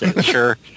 sure